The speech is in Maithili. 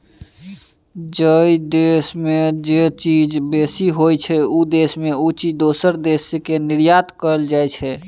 जइ देस में जे चीज बेसी होइ छइ, उ देस उ चीज दोसर देस के निर्यात करइ छइ